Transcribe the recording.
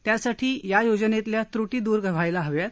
त्यासाठी या योजनेतील बुटी दूर व्हायला हव्यात